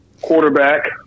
Quarterback